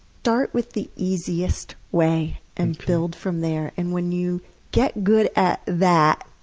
start with the easiest way and build from there. and when you get good at that,